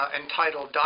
entitled